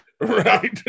Right